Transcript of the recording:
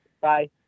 Bye